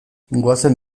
goazen